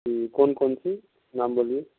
جی کون کون سی نام بولیے